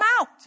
out